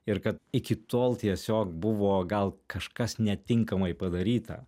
ir kad iki tol tiesiog buvo gal kažkas netinkamai padaryta